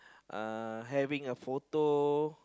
uh having a photo